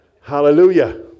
hallelujah